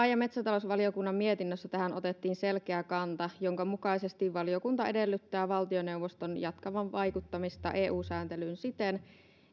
ja metsätalousvaliokunnan mietinnössä tähän otettiin selkeä kanta jonka mukaisesti valiokunta edellyttää valtioneuvoston jatkavan vaikuttamista eu sääntelyyn siten